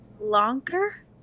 longer